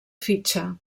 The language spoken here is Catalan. fitxa